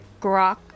grok